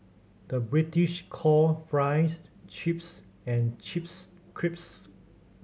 the British call fries chips and chips crisps